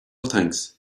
thanks